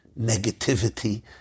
negativity